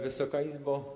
Wysoka Izbo!